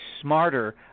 smarter